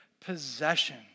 possession